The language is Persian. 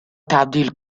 تبدیل